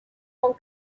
con